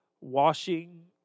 Washing